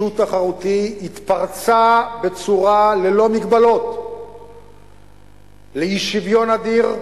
שוק תחרותי, התפרצה ללא מגבלות לאי-שוויון אדיר,